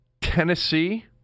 Tennessee